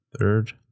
third